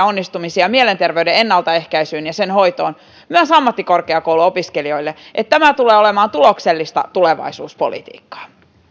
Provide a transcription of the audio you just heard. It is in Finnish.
onnistumisia mielenterveyden ennaltaehkäisyyn ja sen hoitoon myös ammattikorkeakouluopiskelijoille tulee olemaan tuloksellista tulevaisuuspolitiikkaa